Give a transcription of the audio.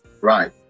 Right